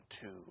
two